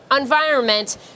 environment